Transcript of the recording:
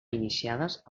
iniciades